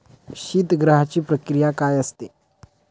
शीतगृहाची प्रक्रिया काय असते?